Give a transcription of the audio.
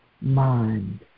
mind